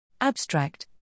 Abstract